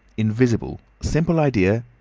invisible. simple idea.